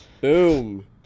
Boom